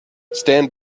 stand